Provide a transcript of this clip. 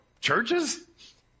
churches